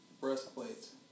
breastplates